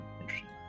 Interesting